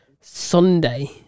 Sunday